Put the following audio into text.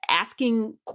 Asking